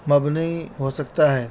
مبنی ہو سکتا ہے